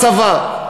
עפו, עפו, ישרתו בצבא.